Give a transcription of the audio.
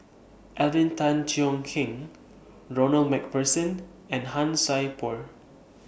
Alvin Tan Cheong Kheng Ronald MacPherson and Han Sai Por